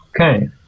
Okay